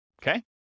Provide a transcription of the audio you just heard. Okay